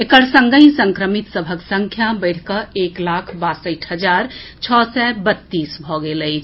एकर संगहि संक्रमित सभक संख्या बढ़ि कऽ एक लाख बासठि हजार छओ सय बत्तीस भऽ गेल अछि